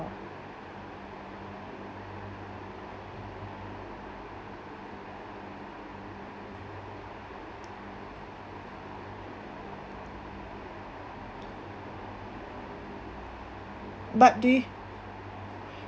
but do you